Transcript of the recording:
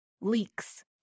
leaks